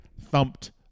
thumped